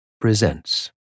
presents